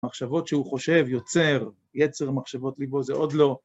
מחשבות שהוא חושב, יוצר, יצר מחשבות ליבו, זה עוד לא